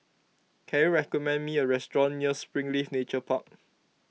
can you recommend me a restaurant near Springleaf Nature Park